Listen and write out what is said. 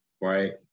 Right